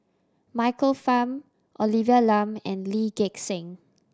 Michael Fam Olivia Lum and Lee Gek Seng